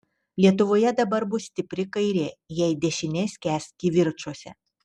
lietuvoje dabar bus stipri kairė jei dešinė skęs kivirčuose